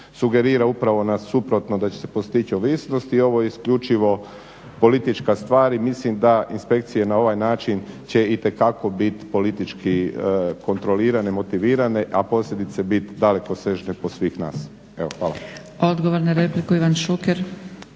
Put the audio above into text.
sugerira upravo na suprotno da će se postići ovisnost i ovo isključivo politička stvar i mislim da inspekcije na ovaj način će itekako biti politički kontrolirane, motivirane a posljedice bit dalekosežne po svih nas. Evo hvala.